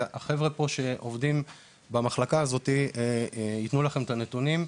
והחבר'ה פה שעובדים במחלקה הזאת יתנו לכם את הנתונים.